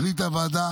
החליטה הוועדה